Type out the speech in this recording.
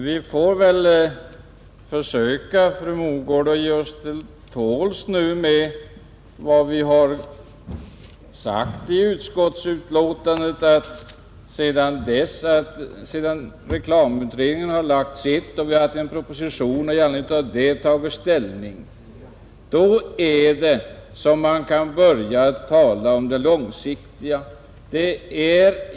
Herr talman! Vi får väl nu försöka ge oss till tåls, fru Mogård, med vad vi har sagt i utskottets betänkande. Sedan reklamutredningen har framlagt sitt förslag och vi fått en proposition och i anledning av den tagit ställning, då kan man börja tala om det långsiktiga.